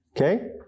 Okay